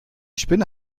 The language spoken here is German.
spinne